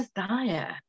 desire